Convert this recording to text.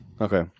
Okay